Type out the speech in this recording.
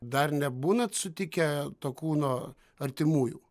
dar nebūnat sutikę to kūno artimųjų